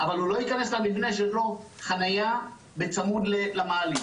אבל הוא לא ייכנס למבנה שיש לו חניה בצמוד למעלית.